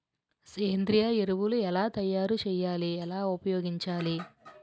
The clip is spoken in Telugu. సేంద్రీయ ఎరువులు ఎలా తయారు చేయాలి? ఎలా ఉపయోగించాలీ?